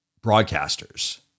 broadcasters